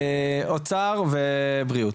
משרד האוצר ומשרד הבריאות.